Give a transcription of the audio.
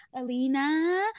Alina